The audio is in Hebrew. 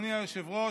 אדוני היושב-ראש,